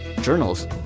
journals